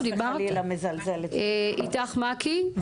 אית"ך מעכי,